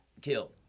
killed